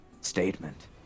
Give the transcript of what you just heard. statement